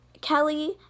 Kelly